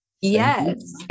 Yes